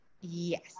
Yes